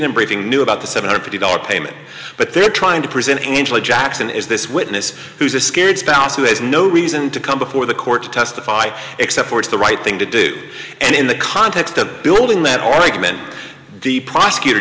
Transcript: embracing knew about the seven hundred fifty dollars payment but they're trying to present angela jackson is this witness who's a scared spouse who has no reason to come before the court to testify except for it's the right thing to do and in the context of building that argument the prosecutor